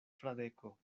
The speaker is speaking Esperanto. fradeko